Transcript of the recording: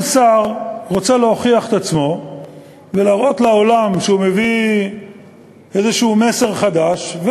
כל שר רוצה להוכיח את עצמו ולהראות לעולם שהוא מביא איזה מסר חדש,